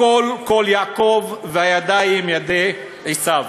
הקול קול יעקב והידיים ידי עשָיו.